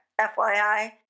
FYI